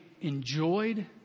enjoyed